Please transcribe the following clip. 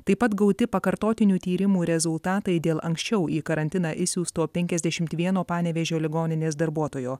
taip pat gauti pakartotinių tyrimų rezultatai dėl anksčiau į karantiną išsiųsto penkiasdešimt vieno panevėžio ligoninės darbuotojo